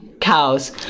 Cows